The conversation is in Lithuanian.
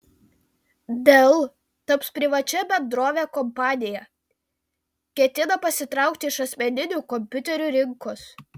dell taps privačia bendrove kompanija ketina pasitraukti iš asmeninių kompiuterių rinkos